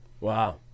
wow